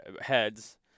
heads